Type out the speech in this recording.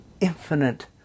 infinite